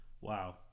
Wow